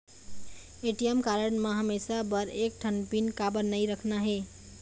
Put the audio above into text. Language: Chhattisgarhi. ए.टी.एम कारड म हमेशा बर एक ठन पिन काबर नई रखना हे?